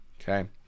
Okay